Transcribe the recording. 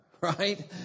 right